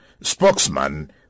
spokesman